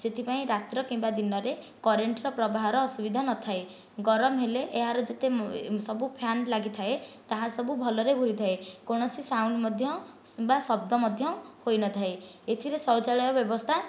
ସେଥିପାଇଁ ରାତିରେ କିମ୍ବା ଦିନରେ କରେଣ୍ଟର ପ୍ରବାହର ଅସୁବିଧା ନଥାଏ ଗରମ ହେଲେ ଏହାର ଯେତେ ସବୁ ଫ୍ୟାନ ଲାଗିଥାଏ ତାହା ସବୁ ଭଲରେ ଘୁରୁଥାଏ କୌଣସି ସାଉଣ୍ଡ ମଧ୍ୟ ବା ଶବ୍ଦ ମଧ୍ୟ ହୋଇନଥାଏ ଏଥିରେ ଶୌଚାଳୟ ବ୍ୟବସ୍ଥା